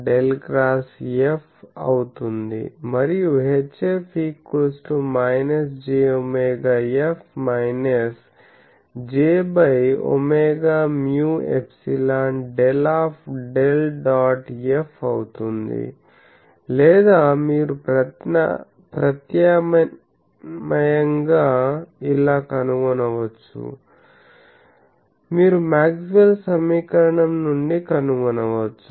EF 1∊ ∇ X F అవుతుంది మరియు HF jwF jwμ∊ ∇∇ dot F అవుతుంది లేదా మీరు ప్రత్యామ్నాయం గా ఇలా కనుగొనవచ్చు మీరు మాక్స్వెల్ సమీకరణం నుండి కనుగొనవచ్చు